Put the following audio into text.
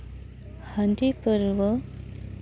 ᱦᱟᱺᱰᱤ ᱯᱟᱹᱣᱨᱟᱹ